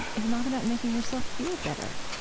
is not about making yourself feel better,